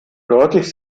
deutlich